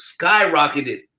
skyrocketed